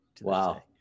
Wow